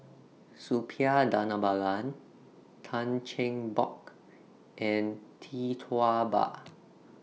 Suppiah Dhanabalan Tan Cheng Bock and Tee Tua Ba